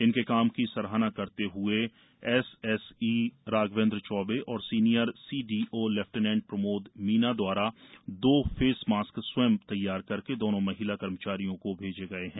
इनके काम की सराहना करते हुए एसएसई राघवेन्द्र चौबे और senior CDO lieutenant Pramod Meena द्वारा दो फेस मास्क स्वयं तैयार करके दोनो महिला कर्मचारियों को भेजे गए हैं